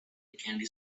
candy